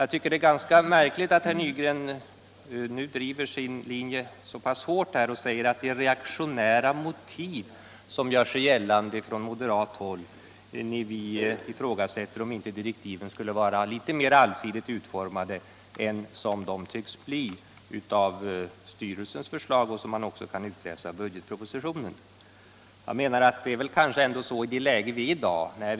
Jag tycker det är ganska märkligt att herr Nygren nu driver sin linje så hårt och säger att det är reaktionära motiv som gör sig gällande från moderat håll när vi ifrågasätter om inte direktiven skulle behöva vara litet mer allsidigt utformade än de tycks bli enligt styrelsens förslag och enligt vad man kan utläsa ur budgetpropositionen. Vi vet att brottsligheten ökar.